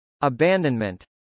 Abandonment